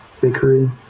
bakery